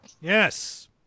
Yes